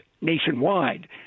nationwide